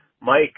Mike